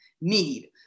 need